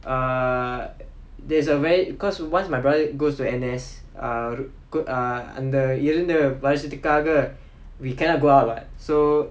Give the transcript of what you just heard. uh there's a very cause once my brother goes to N_S err good அந்த இருந்த வருசத்துக்காக:antha iruntha varusathukkaaga we cannot go out [what] so